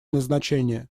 назначение